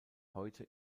heute